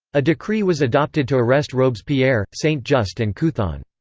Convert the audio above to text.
a decree was adopted to arrest robespierre, saint-just and couthon.